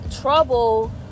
trouble